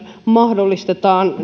mahdollistetaan